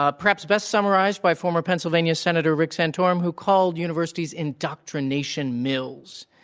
ah perhaps best summarized by former pennsylvania senator rick santorum who called universities indoctrination mills.